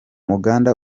ukagenda